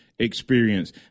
experience